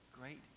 Great